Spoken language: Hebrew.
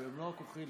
במלוא כוחי,